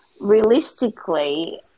realistically